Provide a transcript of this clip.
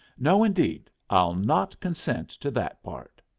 no, indeed. i'll not consent to that part.